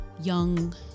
young